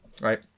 Right